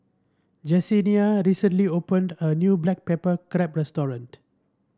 Jessenia recently opened a new Black Pepper Crab restaurant